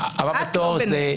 את לא ביניהם.